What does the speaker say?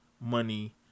money